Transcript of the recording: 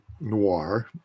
noir